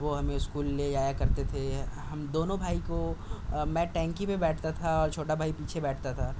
وہ ہمیں اسکول لے جایا کرتے تھے ہم دونوں بھائی کو میں ٹینکی پہ بیٹھتا تھا اور چھوٹا بھائی پیچھے بیٹھتا تھا